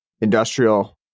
industrial